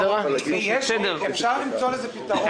שר האוצר בעד ושר הפנים בעד,